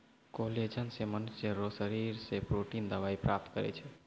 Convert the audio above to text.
collagen से मनुष्य रो शरीर से प्रोटिन दवाई प्राप्त करै छै